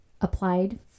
applied